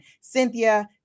Cynthia